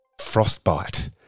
Frostbite